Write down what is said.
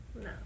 no